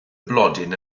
blodyn